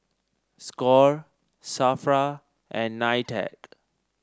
Score Safra and Nitec